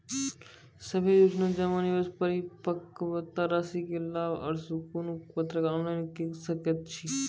सभे योजना जमा, निवेश, परिपक्वता रासि के लाभ आर कुनू पत्राचार ऑनलाइन के सकैत छी?